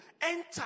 Enter